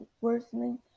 worsening